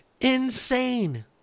Insane